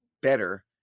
better